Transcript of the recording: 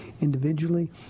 individually